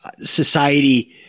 society